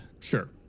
Sure